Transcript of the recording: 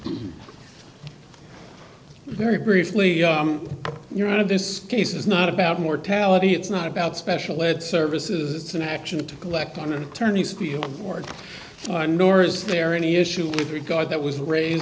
you very briefly your out of this case is not about mortality it's not about special ed services it's an action to collect on attorneys feel more nor is there any issue with regard that was raised